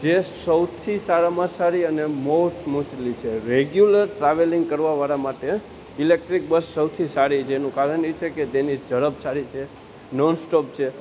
જે સૌથી સારામાં સારી અને બહુ સ્મૂથલી છે રેગ્યુલર ટ્રાવેલિંગ કરવા વાળા માટે ઇલેક્ટ્રિક બસ સૌથી સારી છે એનું કારણ એ છે કે તેની ઝડપ સારી છે નોનસ્ટૉપ છે